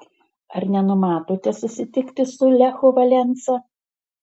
ar nenumatote susitikti su lechu valensa